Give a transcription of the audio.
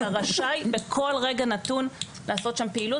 אתה רשאי בכל רגע נתון לעשות שם פעילות